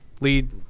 lead